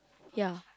ya